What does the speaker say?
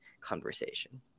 conversation